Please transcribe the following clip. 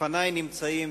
לפני נמצאת,